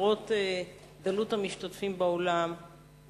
למרות דלות המשתתפים באולם,